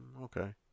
Okay